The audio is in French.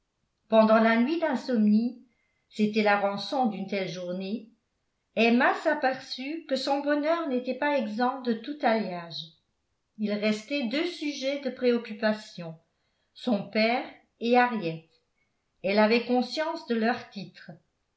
pendant la nuit d'insomnie c'était la rançon d'une telle journée emma s'aperçut que son bonheur n'était pas exempt de tout alliage il restait deux sujets de préoccupation son père et henriette elle avait conscience de leurs titres